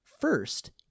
First